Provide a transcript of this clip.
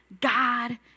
God